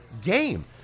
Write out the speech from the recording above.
game